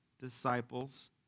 disciples